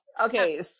okay